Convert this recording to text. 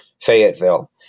fayetteville